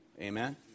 Amen